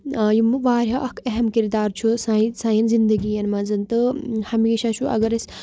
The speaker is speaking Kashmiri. یِمو واریاہ اَکھ اہم کِردار چھُ سانہِ سانٮ۪ن زندگی یَن منٛز تہٕ ہمیشہ چھُ اگر أسۍ